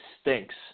stinks